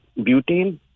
butane